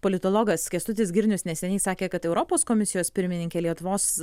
politologas kęstutis girnius neseniai sakė kad europos komisijos pirmininkė lietuvos